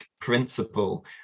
principle